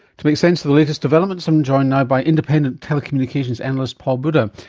to make sense of the latest developments, i'm joined now by independent telecommunications analyst paul but